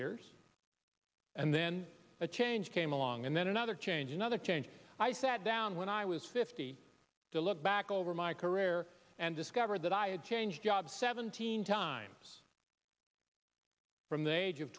years and then a change came along and then another change another change i sat down when i was fifty to look back over my career and discovered that i had changed jobs seventeen times from the age of